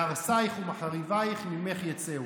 מהריסייך ומחריבייך ממך יצאו.